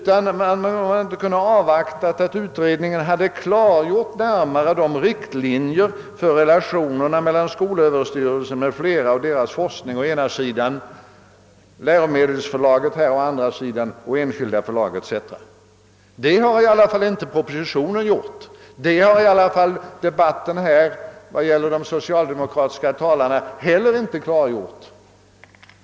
Varför hade man inte kunnat avvakta att utredningen närmare klargjort riktlinjerna för relationerna mellan å ena sidan skolöverstyrelsen m.fl. och deras forskning och å andra sidan det halvstatliga läromedelsförlaget och enskilda förlag etc. Den saken har inte berörts i propositionen och inte heller av de socialdemokratiska talarna i debatten här.